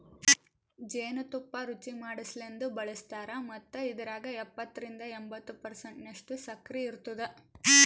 ಜೇನು ತುಪ್ಪ ರುಚಿಮಾಡಸಲೆಂದ್ ಬಳಸ್ತಾರ್ ಮತ್ತ ಇದ್ರಾಗ ಎಪ್ಪತ್ತರಿಂದ ಎಂಬತ್ತು ಪರ್ಸೆಂಟನಷ್ಟು ಸಕ್ಕರಿ ಇರ್ತುದ